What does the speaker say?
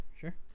sure